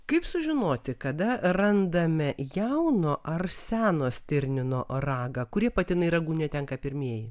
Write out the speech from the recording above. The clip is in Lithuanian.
kaip sužinoti kada randame jauno ar seno stirnino ragą kurie patinai ragų netenka pirmieji